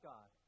God